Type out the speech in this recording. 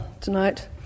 tonight